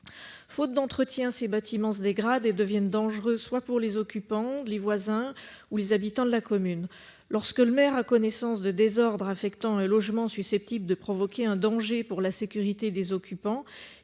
Faute d'entretien, ces bâtiments se dégradent et deviennent dangereux pour les occupants, les voisins ou les habitants de la commune. Lorsque le maire a connaissance de désordres affectant un logement susceptibles de causer un danger pour la sécurité des occupants,